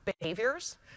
Behaviors